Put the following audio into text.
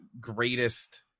greatest